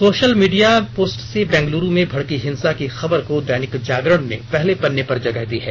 social media post से बेंगलुरु में भड़की हिंसा की खबर को दैनिक जागरण ने पहले पत्रे पर जगह दी है